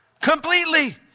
Completely